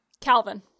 Calvin